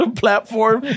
platform